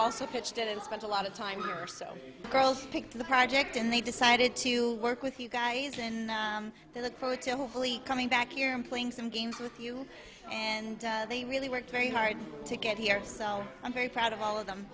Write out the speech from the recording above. also pitched in and spent a lot of time or so girls picked the project and they decided to work with you guys and they look forward to hopefully coming back here and playing some games with you and they really worked very hard to get here sell i'm very proud of all of them